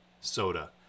soda